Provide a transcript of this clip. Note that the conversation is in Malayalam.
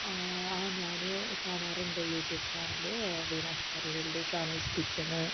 ഞാൻ കാണാറുണ്ട് YouTube channel Veena's curry world Shammi's kitchen